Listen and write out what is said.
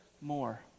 more